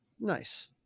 Nice